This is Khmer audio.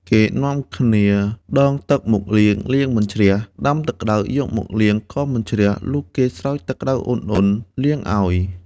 គេនាំគ្នាដងទឹកមកលាង លាងមិនជ្រះ ដាំទឹកក្ដៅយកមកលាងក៏មិនជ្រះ លុះគេ ស្រោចទឹកក្ដៅអ៊ុនៗលាងឱ្យ។